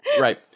Right